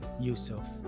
Yusuf